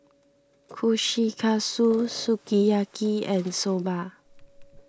Kushikatsu Sukiyaki and Soba